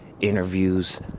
interviews